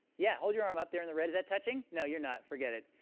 yeah, hold your arm up there in the red. is that touching? no, you're not. forget it.